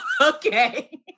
okay